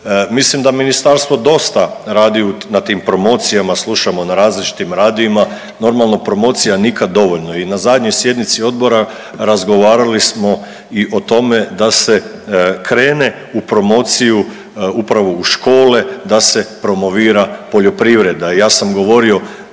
mislim da Ministarstvo dosta radi na tim promocijama, slušamo na različitim radijima, naravno, promocija nikad dovoljno i na zadnjoj sjednici odbora razgovarali smo i o tome da se krene u promociju upravo u škole da se promovira poljoprivreda.